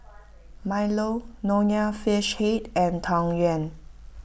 Milo Nonya Fish Head and Tang Yuen